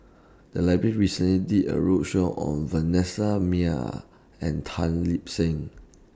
The Library recently did A roadshow on Vanessa Mae and Tan Lip Seng